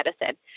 medicine